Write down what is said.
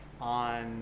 on